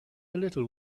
little